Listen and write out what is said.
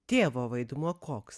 tėvo vaidmuo koks